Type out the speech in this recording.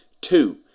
two